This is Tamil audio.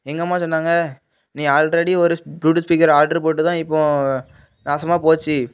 எங்கள் அம்மா சொன்னாங்க நீ ஆல்ரெடி ஒரு ப்ளூடூத் ஸ்பீக்கர் ஆட்ரு போட்டுத்தான் இப்போது நாசமாப்போச்சு